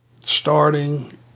starting